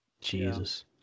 Jesus